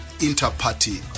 inter-party